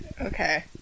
Okay